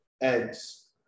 eggs